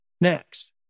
Next